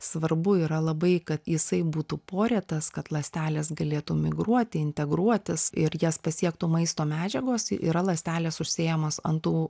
svarbu yra labai kad jisai būtų porėtas kad ląstelės galėtų migruoti integruotis ir jas pasiektų maisto medžiagos yra ląstelės užsėjamos ant tų